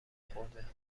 خورده